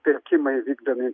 pirkimai vykdomi